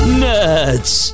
nerds